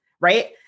Right